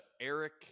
Eric